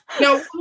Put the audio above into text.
No